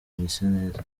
mwiseneza